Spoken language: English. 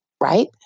right